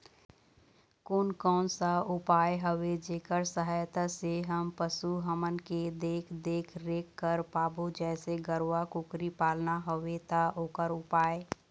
कोन कौन सा उपाय हवे जेकर सहायता से हम पशु हमन के देख देख रेख कर पाबो जैसे गरवा कुकरी पालना हवे ता ओकर उपाय?